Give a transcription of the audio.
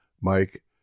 Mike